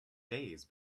days